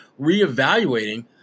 reevaluating